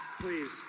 please